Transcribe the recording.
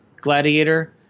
gladiator